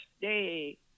day